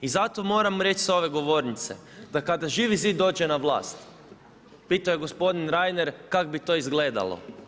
I zato moram reći sa ove govornice, da kada Živi zid dođe na vlast, pitao je gospodin Reiner kak' bi to izgledalo.